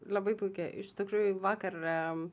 labai puikiai iš tikrųjų vakar